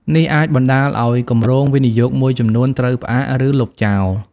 នេះអាចបណ្ដាលឲ្យគម្រោងវិនិយោគមួយចំនួនត្រូវផ្អាក ឬលុបចោល។